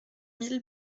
mille